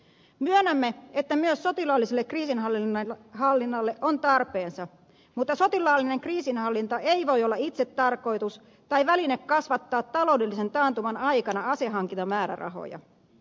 myönnämme että myös sotilaalliselle kriisinhallinnalle on tarpeensa mutta sotilaallinen kriisinhallinta ei voi olla itsetarkoitus tai väline kasvattaa taloudellisen taantuman aikana asehankintamäärärahoja